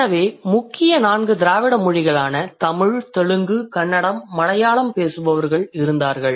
எனவே முக்கிய நான்கு திராவிட மொழிகளான தமிழ் தெலுங்கு கன்னடம் மற்றும் மலையாளம் பேசுபவர்கள் இருந்தார்கள்